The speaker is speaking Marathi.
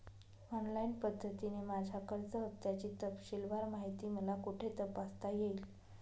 ऑनलाईन पद्धतीने माझ्या कर्ज हफ्त्याची तपशीलवार माहिती मला कुठे तपासता येईल?